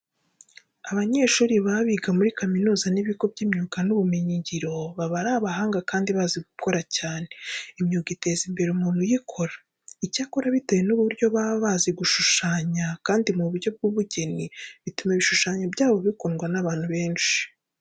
Abanyeshuri baba biga muri kaminuza n'ibigo by'imyuga n'ubumenyingiro baba ari abahanga kandi bazi gukora cyane. Imyuga iteza imbere umuntu uyikora. Icyakora bitewe n'uburyo baba bazi gushushanya kandi mu buryo bw'ubugeni bituma ibishushanyo byabo bikundwa n'abantu benshi.